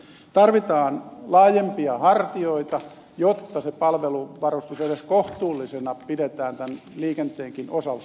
tarvitaan laajempia hartioita jotta se palveluvarustus edes kohtuullisena pidetään tämän liikenteenkin osalta